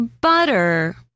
Butter